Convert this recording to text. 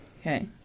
Okay